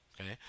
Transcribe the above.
okay